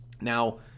Now